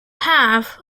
have